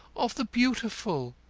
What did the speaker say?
of the beautiful.